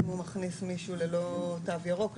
אם הוא מכניס מישהו ללא תו ירוק,